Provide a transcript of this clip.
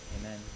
Amen